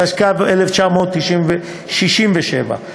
התשכ"ז 1967,